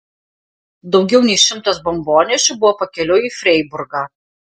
daugiau nei šimtas bombonešių buvo pakeliui į freiburgą